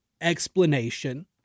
explanation